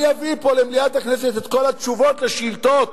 אני אביא פה למליאת הכנסת את כל התשובות על השאילתות